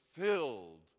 filled